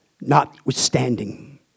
Notwithstanding